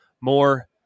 more